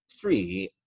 three